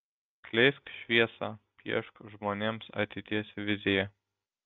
skleisk šviesą piešk žmonėms ateities viziją